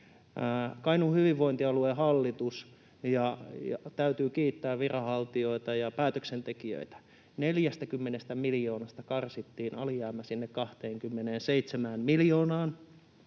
Kainuun hyvinvointialueen hallitus... Täytyy kiittää viranhaltijoita ja päätöksentekijöitä: 40 miljoonasta karsittiin alijäämä sinne 27 miljoonaan.